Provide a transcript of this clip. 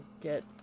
get